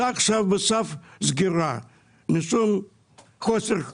עכשיו על סף סגירה משום חוסר תקציב.